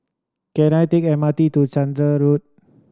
can I take M R T to Chander Road